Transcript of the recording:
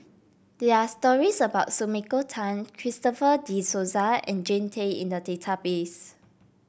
there are stories about Sumiko Tan Christopher De Souza and Jean Tay in the database